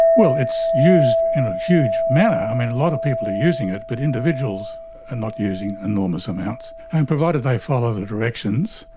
well, it's used in a huge manner. i mean, a lot of people are using it, but individuals are not using enormous amounts, and provided they follow the directions,